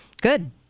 Good